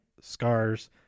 scars